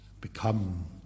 become